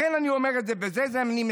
לכן אני אומר את זה ואני מסיים.